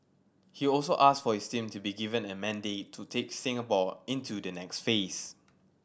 he also asked for his team to be given a mandate to take Singapore into the next phase